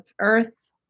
earth